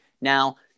now